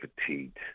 fatigued